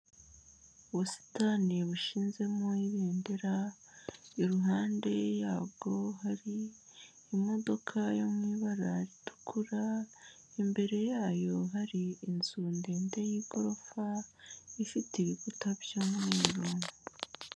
Ubusitani bushinzemo ibendera, iruhande yabwo hari imodoka yo mu ibara ritukura, imbere yayo hari inzu ndende y'igorofa, ifite ibikuta by'umweru.